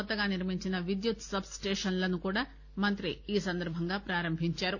కొత్తగా నిర్మించిన విద్యుత్ సబ్ స్టేషన్లను కూడా మంత్రి ఈ సందర్బంగా ప్రారంభించారు